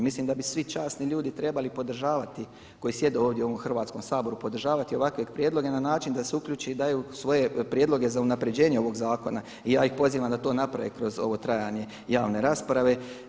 Mislim da bi svi časni ljudi trebali podržavati koji sjede ovdje u ovom Hrvatskom saboru podržavati ovakve prijedloge na način da se uključe i daju svoje prijedloge za unaprjeđenje ovog zakona i ja ih pozivam da to naprave kroz ovo trajanje javne rasprave.